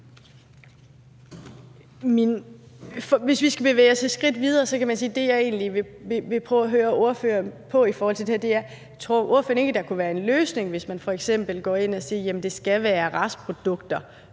Hvis vi skal bevæge os et skridt videre, er det, jeg egentlig godt vil høre ordføreren om i forhold til det her, om ordføreren ikke tror, at der kan være en løsning, ved at man f.eks. går ind og siger, at det skal være restprodukter,